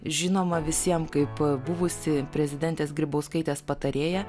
žinoma visiem kaip buvusi prezidentės grybauskaitės patarėja